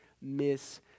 miss